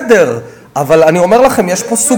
בסדר, אבל אני אומר לכם, יש פה,